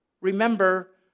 remember